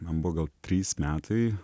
man buvo gal trys metai